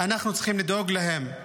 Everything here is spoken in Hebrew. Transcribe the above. אנחנו צריכים לדאוג להם.